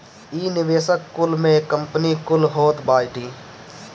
इ निवेशक कुल में कंपनी कुल होत बाटी